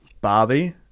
Barbie